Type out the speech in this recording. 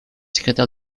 secrétaire